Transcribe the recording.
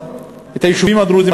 את היישובים הדרוזיים,